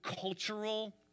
cultural